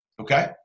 okay